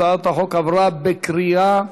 הצעת החוק עברה בקריאה שנייה.